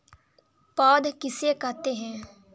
पौध किसे कहते हैं?